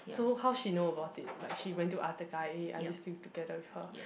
so how she know about it like she went to ask the guy eh are you still together with her